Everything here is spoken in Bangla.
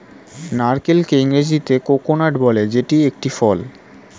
নারকেলকে ইংরেজিতে কোকোনাট বলে যেটি একটি ফল